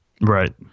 right